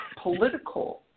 Political